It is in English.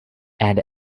and